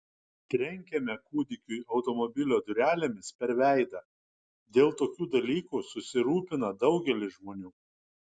trenkėme kūdikiui automobilio durelėmis per veidą dėl tokių dalykų susirūpina daugelis žmonių